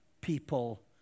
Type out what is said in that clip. people